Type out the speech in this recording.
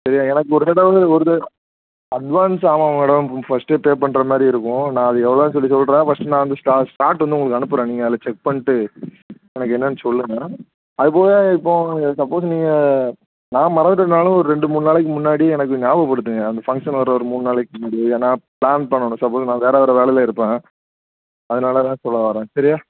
சரியா எனக்கு ஒரு தடவை ஒரு த அட்வான்ஸ் ஆமாங்க மேடம் ஃபஸ்ட்டே பே பண்ணுற மாதிரி இருக்கும் நான் அது எவ்வளோன்னு சொல்லி சொல்கிறேன் ஃபஸ்ட்டு நான் அந்த ஸ்லாட் ஸ்லாட்டு வந்து உங்களுக்கு அனுப்புகிறேன் நீங்கள் அதில் செக் பண்ணிட்டு எனக்கு என்னென்று சொல்லுங்கள் மேடம் அதுப்போக இப்போது சப்போஸ் நீங்கள் நான் மறந்துவிட்டேன்னாலும் ஒரு ரெண்டு மூணு நாளைக்கு முன்னாடி எனக்கு ஞாபகப்படுத்துங்கள் அந்த ஃபங்க்ஷன் வர ஒரு மூணு நாளைக்கு முன்னாடியே ஏன்னால் ப்ளான் பண்ணணும் சப்போஸ் நான் வேறு வேறு வேலையில் இருப்பேன் அதனால் தான் சொல்ல வரேன் சரியா